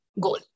goal